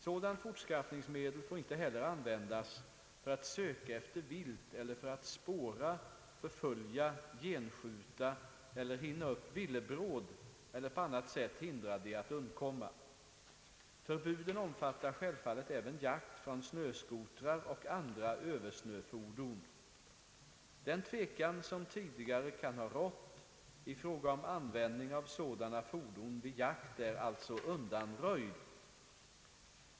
Sådant fortskaffningsmedel får inte heller användas för att söka efter vilt eller för att spåra, förfölja, genskjuta eller hinna upp villebråd eller på annat sätt hindra det att undkomma. Förbuden omfattar självfallet även jakt från snöscooters och andra översnöfordon. Den tvekan som tidigare kan ha rått + fråga om användning av sådana fordon vid jakt är alltså undanröjd.